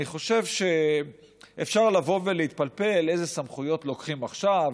אני חושב שאפשר לבוא ולהתפלפל איזה סמכויות לוקחים עכשיו,